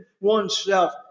oneself